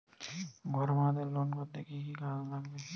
ঘর বানাতে লোন করতে কি কি কাগজ লাগবে?